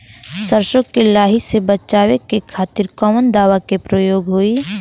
सरसो के लही से बचावे के खातिर कवन दवा के प्रयोग होई?